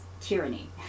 tyranny